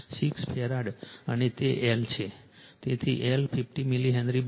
તેથી L 50 millihenry બનશે